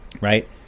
right